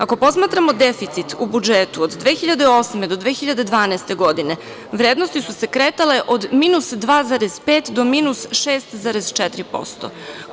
Ako posmatramo deficit u budžetu od 2008. do 2012. godine vrednosti su se kretale od minus 2,5 do minus 6,4%